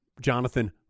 Jonathan